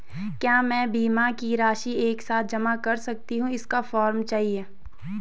क्या मैं बीमा की राशि एक साथ जमा कर सकती हूँ इसका फॉर्म चाहिए?